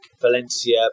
Valencia